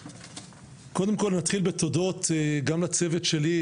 קודם כל נתחיל בתודות גם לצוות שלי,